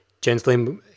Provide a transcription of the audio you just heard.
gently